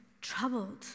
troubled